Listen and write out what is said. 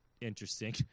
interesting